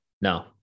No